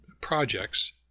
projects